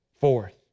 fourth